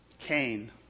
Cain